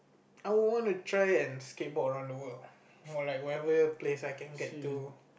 I would want and try and skateboard around the world more like whatever place I can get to